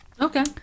Okay